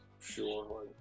sure